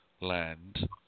land